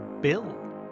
Bill